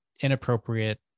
inappropriate